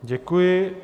Děkuji.